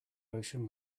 motion